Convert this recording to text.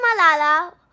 Malala